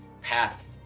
path